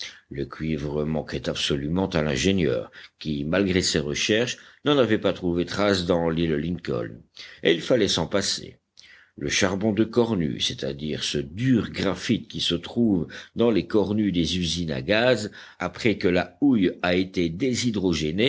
le cuivre manquait absolument à l'ingénieur qui malgré ses recherches n'en avait pas trouvé trace dans l'île lincoln et il fallait s'en passer le charbon de cornue c'est-à-dire ce dur graphite qui se trouve dans les cornues des usines à gaz après que la houille a été déshydrogénée